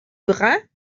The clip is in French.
brun